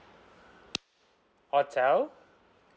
hotel